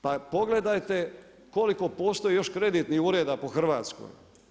Pa pogledajte koliko postoji još kreditnih ureda po Hrvatskoj?